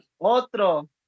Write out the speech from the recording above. Otro